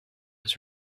was